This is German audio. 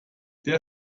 der